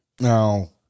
Now